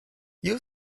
you